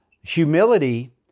humility